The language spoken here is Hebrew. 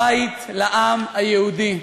בית לעם היהודי.